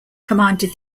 commanded